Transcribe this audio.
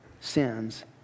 sins